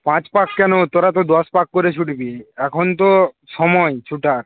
পাঁচ পাক কেন তোরা তো দশ পাক করে ছুটবি এখন তো সময় ছোটার